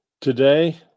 Today